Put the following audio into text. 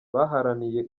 baharaniye